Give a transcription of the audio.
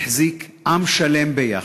החזיק עם שלם ביחד,